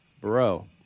Bro